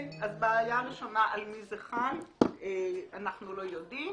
אז בעיה ראשונה, על מי זה חל, אנחנו לא יודעים